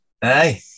Hey